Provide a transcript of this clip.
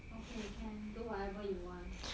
okay can do whatever you want